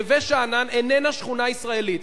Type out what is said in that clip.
נווה-שאנן איננה שכונה ישראלית.